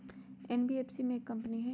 NBFC एक company हई?